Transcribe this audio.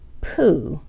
pooh!